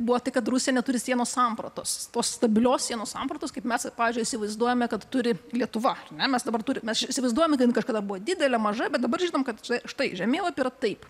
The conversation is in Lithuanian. buvo tai kad rusija neturi sienos sampratos stabilios sienų sampratos kaip mes pavyzdžiui įsivaizduojame kad turi lietuva ar ne mes dabar turime mes įsivaizduojame kad jin kažkada buvo didelė maža bet dabar žinome kad čia štai žemėlapyje yra taip